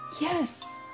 Yes